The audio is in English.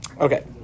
okay